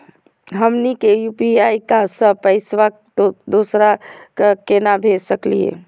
हमनी के यू.पी.आई स पैसवा दोसरा क केना भेज सकली हे?